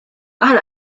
aħna